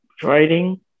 Writing